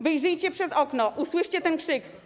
Wyjrzyjcie przez okno, usłyszcie ten krzyk.